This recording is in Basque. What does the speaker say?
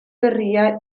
berria